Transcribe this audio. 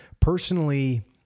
Personally